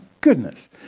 goodness